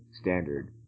standard